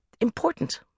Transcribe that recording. important